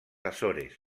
açores